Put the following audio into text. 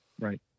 Right